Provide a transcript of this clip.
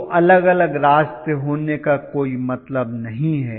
दो अलग अलग रास्ते होने का कोई मतलब नहीं है